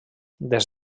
des